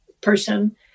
person